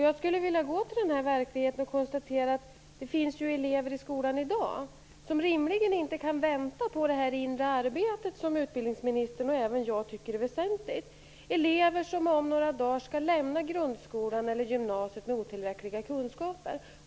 Jag skulle vilja tala om den här verkligheten och konstaterar att det finns elever i skolan i dag som rimligen inte kan vänta på det inre arbete som utbildningsministern och även jag tycker är väsentligt. Det är elever som om några dagar skall lämna grundskolan eller gymnasiet med otillräckliga kunskaper.